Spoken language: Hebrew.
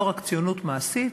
לא רק ציונות מעשית,